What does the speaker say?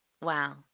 wow